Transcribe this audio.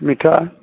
ମିଠା